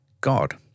God